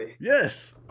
Yes